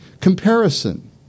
Comparison